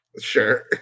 Sure